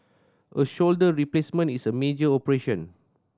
a shoulder replacement is a major operation